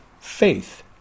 faith